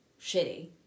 shitty